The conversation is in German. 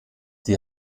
die